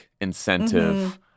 incentive